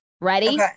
Ready